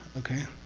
okay?